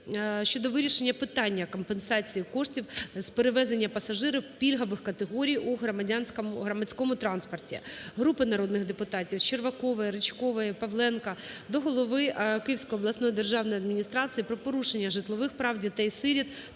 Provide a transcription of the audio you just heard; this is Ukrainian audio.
щодо вирішення питання компенсації коштів з перевезення пасажирів пільгових категорій у громадському транспорті. Групи народних депутатів (Червакової, Ричкової, Павленка) до голови Київської обласної державної адміністрації про порушення житлових прав дітей-сиріт